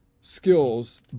skills